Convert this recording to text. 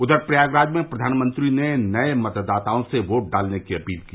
उधर प्रयागराज में प्रधानमंत्री ने नए मतदाताओं से वोट डालने की अपील की